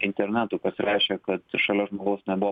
internetu pasirašė kad šalia žmogaus nebuvo